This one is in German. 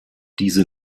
diese